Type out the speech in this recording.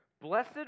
Blessed